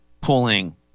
pulling